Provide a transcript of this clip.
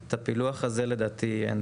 את הפילוח הזה לדעתי אין.